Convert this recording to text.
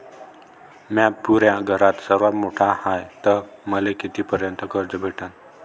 म्या पुऱ्या घरात सर्वांत मोठा हाय तर मले किती पर्यंत कर्ज भेटन?